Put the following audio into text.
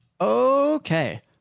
okay